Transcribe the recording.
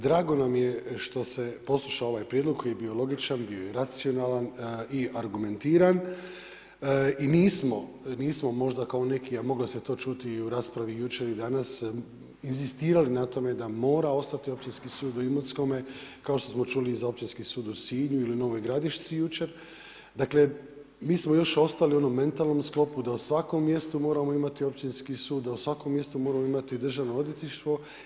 Drago nam je što se poslušao ovaj prijedlog koji je bio logičan bio je racionalan i argumentiran i nismo možda kao neki, a moglo se to čuti i u raspravi i jučer i danas inzistirali na tome da mora ostati Općinski sud u Imotskome kao što smo čuli za Općinski sud u Sinju ili u Novoj Gradiški jučer, dakle mi smo još ostali na onom mentalnom sklopu da u svakom mjestu moramo imati općinski sud, da u svakom mjestu moramo imati državno odvjetništvo.